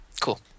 Cool